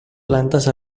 plantes